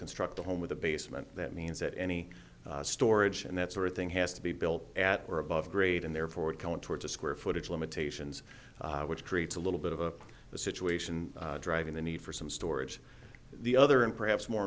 construct a home with a basement that means that any storage and that sort of thing has to be built at or above grade and therefore would count towards a square footage limitations which creates a little bit of the situation driving the need for some storage the other and perhaps more